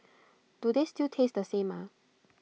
do they still taste the same ah